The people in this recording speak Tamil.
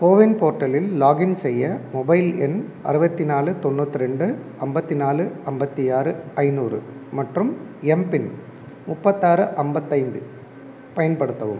கோவின் போர்ட்டலில் லாக்இன் செய்ய மொபைல் எண் அறுபத்தி நாலு தொண்ணூத்திரெண்டு ஐம்பத்தி நாலு ஐம்பத்தி ஆறு ஐநூறு மற்றும் எம்பின் முப்பத்தாறு ஐம்பத்தைந்து பயன்படுத்தவும்